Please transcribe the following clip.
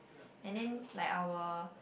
and then like our